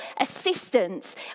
assistance